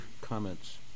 comments